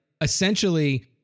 essentially